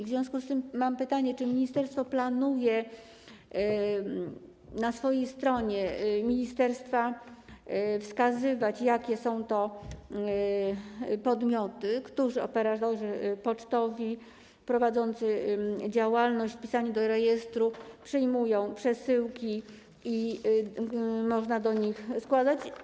W związku z tym mam pytanie: Czy ministerstwo planuje na swojej stronie wskazywać, jakie są to podmioty, którzy operatorzy pocztowi prowadzący działalność wpisani do rejestru przyjmują przesyłki i do których można je składać?